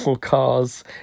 cars